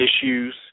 issues